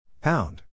Pound